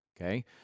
Okay